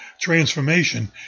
transformation